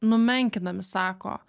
numenkinami sako